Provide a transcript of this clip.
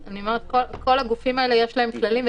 לכל הגופים האלה יש כללים,